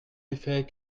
effet